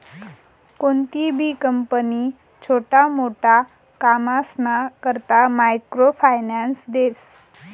कोणतीबी कंपनी छोटा मोटा कामसना करता मायक्रो फायनान्स देस